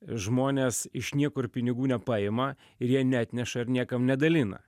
žmonės iš niekur pinigų nepaima ir jie neatneša ir niekam nedalina